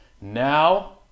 Now